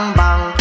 bang